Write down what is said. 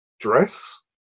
dress